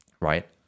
right